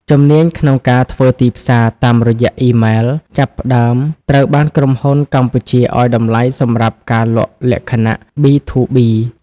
ជំនាញក្នុងការធ្វើទីផ្សារតាមរយៈអ៊ីមែល ចាប់ផ្តើមត្រូវបានក្រុមហ៊ុនកម្ពុជាឱ្យតម្លៃសម្រាប់ការលក់លក្ខណៈ B2B។